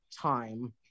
time